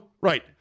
right